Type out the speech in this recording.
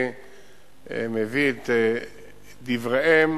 אני מביא את דבריהם